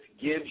gives